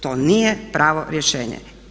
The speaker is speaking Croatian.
To nije pravo rješenje.